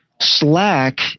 Slack